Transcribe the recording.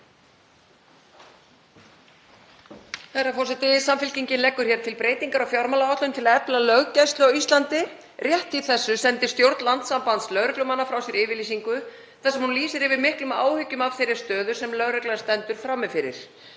Herra forseti. Samfylkingin leggur hér til breytingar á fjármálaáætlun til að efla löggæslu á Íslandi. Rétt í þessu sendi stjórn Landssambands lögreglumanna frá sér yfirlýsingu þar sem hún lýsir yfir miklum áhyggjum af þeirri stöðu sem lögreglan stendur frammi fyrir.